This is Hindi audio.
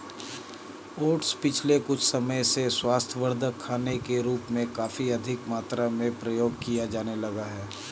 ओट्स पिछले कुछ समय से स्वास्थ्यवर्धक खाने के रूप में काफी अधिक मात्रा में प्रयोग किया जाने लगा है